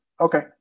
okay